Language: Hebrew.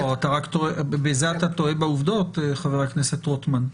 אתה טועה בעובדות, חבר הכנסת רוטמן.